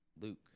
Luke